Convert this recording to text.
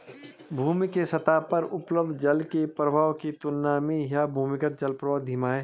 भूमि के सतह पर उपलब्ध जल के प्रवाह की तुलना में यह भूमिगत जलप्रवाह धीमा है